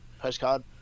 postcard